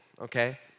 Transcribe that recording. okay